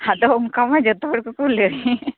ᱟᱫᱚ ᱚᱝᱠᱟ ᱢᱟ ᱡᱚᱛᱚ ᱦᱚᱲ ᱜᱮᱠᱚ ᱞᱟᱹᱭ